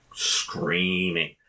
screaming